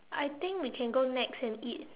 I think we can go Nex and eat